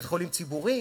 בית-חולים ציבורי?